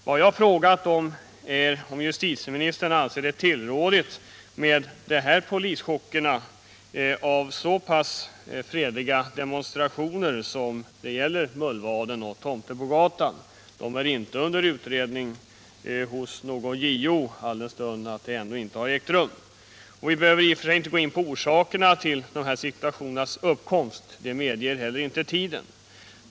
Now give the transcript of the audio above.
Vad jag har frågat är om justitieministern anser det tillrådligt med de här polischockerna mot så pass fredliga demonstrationer som när det gäller Mullvaden och Tomtebogatan. Dessa demonstrationer är inte under utredning hos JO, eftersom de ännu inte har ägt rum. Vi behöver i och för sig inte gå in på orsakerna till att de här situationerna har uppkommit; det medger inte heller tiden.